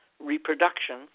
reproduction